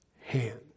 hand